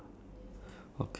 okay